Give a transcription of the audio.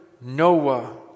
Noah